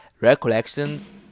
recollections